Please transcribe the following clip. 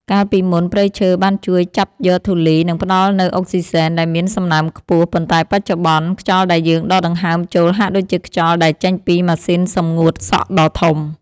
កាលពីមុន ព្រៃឈើបានជួយចាប់យកធូលី និងផ្ដល់នូវអុកស៊ីសែនដែលមានសំណើមខ្ពស់ ប៉ុន្តែបច្ចុប្បន្ន ខ្យល់ដែលយើងដកដង្ហើមចូលហាក់ដូចជាខ្យល់ដែលចេញពីម៉ាស៊ីនសម្ងួតសក់ដ៏ធំ។